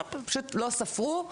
פשוט לא ספרו.